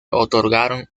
otorgaron